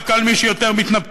רק על מי שיותר מתנפח.